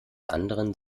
anderen